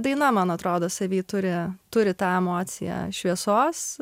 daina man atrodo savy turi turi tą emociją šviesos